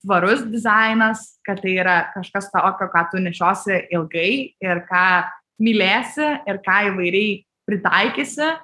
tvarus dizainas kad tai yra kažkas tokio ką tu nešiosi ilgai ir ką mylėsi ir ką įvairiai pritaikysi